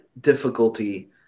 difficulty